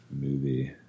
movie